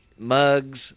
Mugs